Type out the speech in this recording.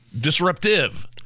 Disruptive